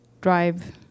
drive